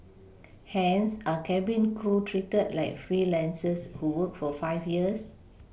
hence are cabin crew treated like freelancers who work for five years